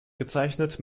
gezeichnet